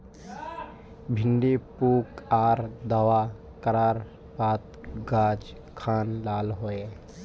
भिन्डी पुक आर दावा करार बात गाज खान लाल होए?